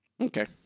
Okay